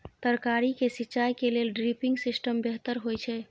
तरकारी के सिंचाई के लेल ड्रिपिंग सिस्टम बेहतर होए छै?